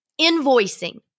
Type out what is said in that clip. invoicing